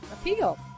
appeal